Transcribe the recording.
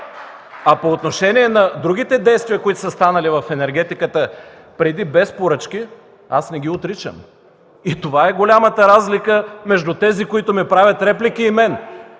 По отношение на другите действия, които са станали в енергетиката преди – без поръчки, аз не ги отричам. Това е голямата разлика между тези, които ми правят реплики, и мен.